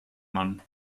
mann